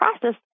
process